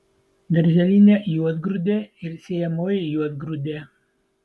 darželinė juodgrūdė ir sėjamoji juodgrūdė